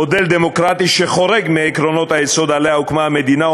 מודל דמוקרטי שחורג מעקרונות היסוד שעליהם הוקמה המדינה,